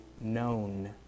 known